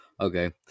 Okay